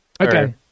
Okay